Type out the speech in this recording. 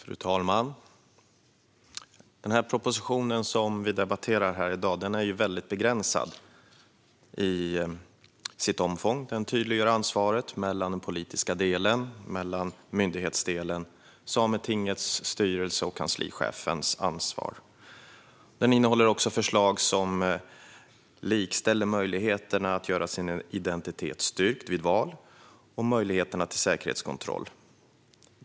Fru talman! Den proposition som vi debatterar här i dag är väldigt begränsad till sitt omfång. Den tydliggör ansvaret mellan den politiska delen och myndighetsdelen - Sametingets styrelse och kanslichefens ansvar. Den innehåller också förslag som likställer möjligheterna att göra sin identitet styrkt vid val och möjligheterna till säkerhetskontroll.